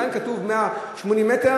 גם אם כתוב 180 מטר.